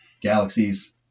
galaxies